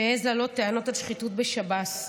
שהעז להעלות טענות על שחיתות בשב"ס.